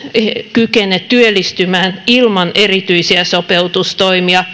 kykene työllistymään ilman erityisiä sopeutustoimia